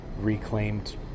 reclaimed